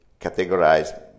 categorize